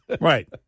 Right